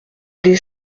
des